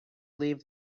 leave